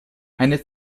eine